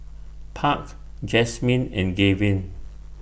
Park Jasmyn and Gavin